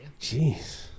Jeez